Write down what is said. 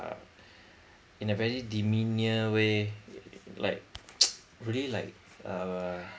uh in a very demeanour way like really like err